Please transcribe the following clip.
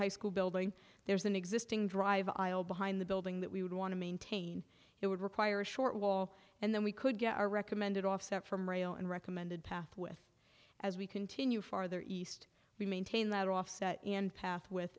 high school building there's an existing drive behind the building that we would want to maintain it would require a short wall and then we could get our recommended offset from rail and recommended path with as we continue farther east we maintain that offset path with